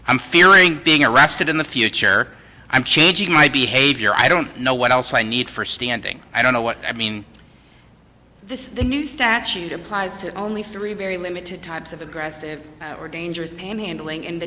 i'm fearing being arrested in the future i'm changing my behavior i don't know what else i need for standing i don't know what i mean this new statute applies to only three very limited types of aggressive or dangerous panhandling in the